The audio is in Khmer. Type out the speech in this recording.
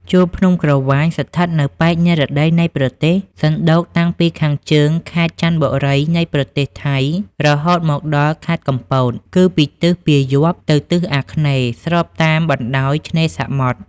ជួរភ្នំក្រវាញ ស្ថិតនៅប៉ែកនិរតីនៃប្រទេស សណ្ដូកតាំងពីខាងជើងខេត្តចន្ទបុរីនៃប្រទេសថៃ រហូតមកដល់ខេត្តកំពត គឺពីទិសពាយ័ព្យ ទៅទិសអាគ្នេយ៍ ស្របតាមបណ្តោយឆ្នេរសមុទ្រ ។